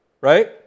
right